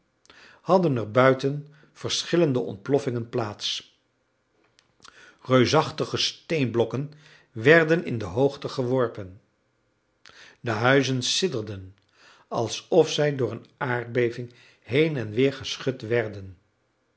hadden er buiten verschillende ontploffingen plaats reusachtige steenblokken werden in de hoogte geworpen de huizen sidderden alsof zij door een aardbeving heen en weer geschud werden